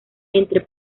entre